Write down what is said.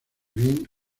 bien